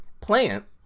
Plant